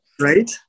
Right